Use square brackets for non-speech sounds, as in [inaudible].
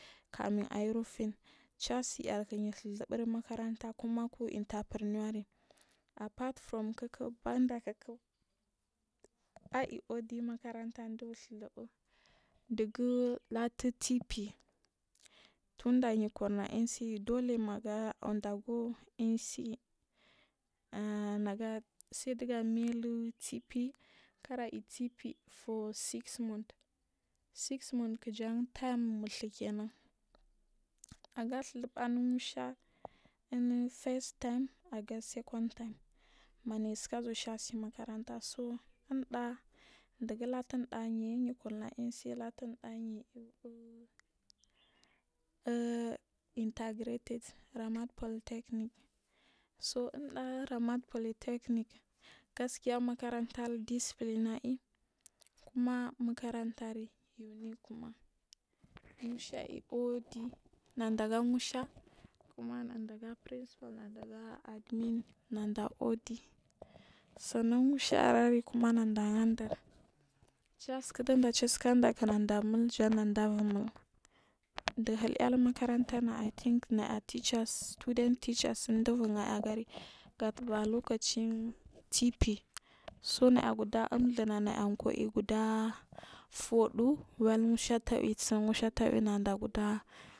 Kamun ayi rifin chaa siyark yi ɗhu zubur umakaranta kumaku interprenuaring afart from kik banɗa kik ai uɗi uvu mmakaranta ɗu ɗhuzubu ɗugu katur TP tunɗa yew kuna NCE dike maga uncler go NCE an [hesitation] sai ɗugu mai liga. TP kara you TP anu six month jan tinin mu ɗhu kenan aga ɗhuzubu anu musha inu first tir aga seconɗ tirm mayazuwa shasue makaranta so inda yew kuna NCE latu inɗa [hesitation] u u intergre te ramat polite canin so inda ramat politecanic gaskiya maka rantal ɗispilure aiyi kuma maka rantalyi unic kuma musha i udi naɗaga musha kuma naɗaga principal naɗaga musha kuma nadaga principal nadaga aɗimin uɗi sannan mushaar i naɗa gha dir kik ɗiɗa sikan ɗak naɗa mul jan nabur mu ɗuhir ar lu makaranta naya teachers student teacher sindubur luya aigari alocacin TP so naya guɗa umghu naya kwai guda fudu weu musha tawi su mushatawi, [unintelligible]